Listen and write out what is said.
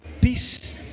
peace